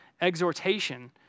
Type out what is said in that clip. exhortation